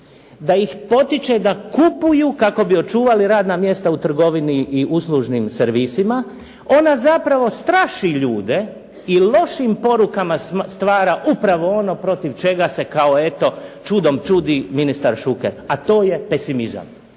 da ih potiče da kupuju kako bi očuvali radna mjesta u trgovini i uslužnim servisima, ona zapravo straši ljude i lošim porukama stvara upravo ono protiv čega se, kao eto, čudom čudi ministar Šuker, a to je pesimizam.